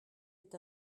est